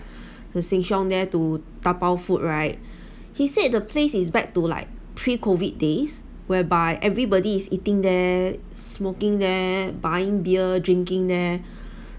the sheng shiong there to tapau food right he said the place is back to like pre COVID days whereby everybody is eating there smoking there buying beer drinking there